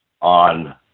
on